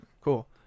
cool